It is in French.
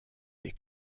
des